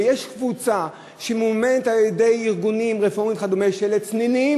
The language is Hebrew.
ויש קבוצה שממומנת על-ידי ארגונים רפורמיים שלצנינים